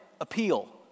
appeal